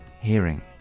hearing